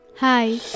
Hi